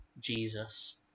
Jesus